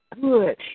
good